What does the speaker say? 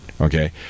okay